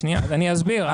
אני אסביר.